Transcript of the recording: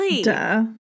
Duh